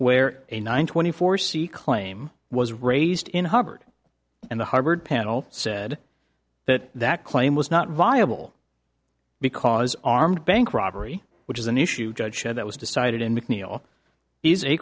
where a nine twenty four c claim was raised in hubbard and the harvard panel said that that claim was not viable because armed bank robbery which is an issue judge said that was decided in mcneil